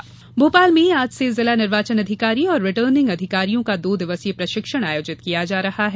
कांताराव भोपाल में आज से जिला निर्वाचन अधिकारी और रिटर्निंग अधिकारियों का दो दिवसीय प्रशिक्षण आयोजित किया जा रहा है